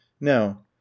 Now